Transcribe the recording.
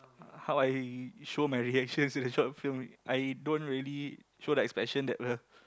how I show my reactions in the short film I don't really show the expression that'll